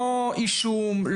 לא אישום,